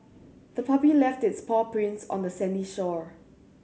the puppy left its paw prints on the sandy shore